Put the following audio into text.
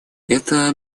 это